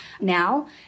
now